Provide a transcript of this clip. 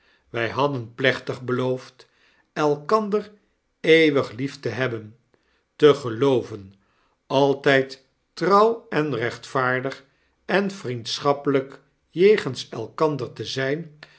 wy hadden plechtig beloofd elkander eeuwig lief te hebben te gelooven altyd trouw en rechtvaardig en vriendschappelyk jegens elkander te zijn